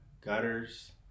gutters